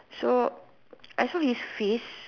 so I saw his face